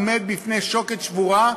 עומד בפני שוקת שבורה,